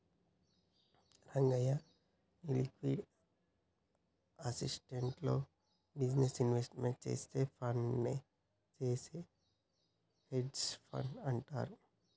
రంగయ్య, నీ liquid assets లో business investment చేసే ఫండ్స్ నే చేసే హెడ్జె ఫండ్ అంటారు